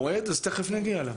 תיכף נגיע אליו.